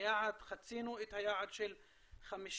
חצינו את היעד של 50,000,